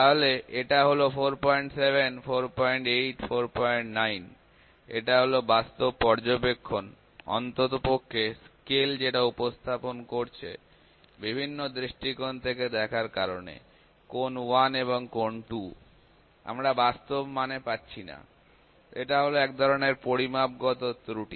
তাহলে এটা হল ৪৭ ৪৮ ৪৯ এটা হল বাস্তব পর্যবেক্ষণ অন্ততপক্ষে স্কেল যেটা উপস্থাপন করছে বিভিন্ন দৃষ্টিকোণ থেকে দেখার কারণে কোণ ১ এবং কোণ ২ আমরা বাস্তব মান পাচ্ছিনা এটা হল এক ধরনের পরিমাপগত ত্রুটি